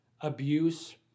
abuse